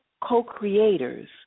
co-creators